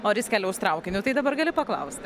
o ar jis keliaus traukiniu tai dabar gali paklausti